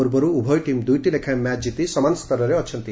ପୂର୍ବରୁ ଉଭୟ ଟିମ୍ ଦୁଇଟି ଲେଖାଏଁ ମ୍ୟାଚ୍ ଜିତି ସମାନ ସ୍ତରରେ ଅଛନ୍ତି